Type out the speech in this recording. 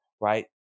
right